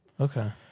Okay